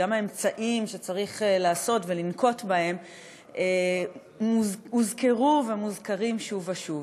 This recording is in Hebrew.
וגם האמצעים שצריך לעשות ולנקוט הוזכרו ומוזכרים שוב ושוב,